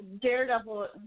Daredevil